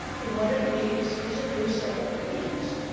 and what it needs is a new set of beguines.